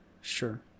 sure